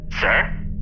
Sir